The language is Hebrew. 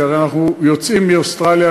כי הרי אנחנו יוצאים מאוסטרליה,